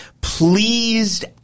pleased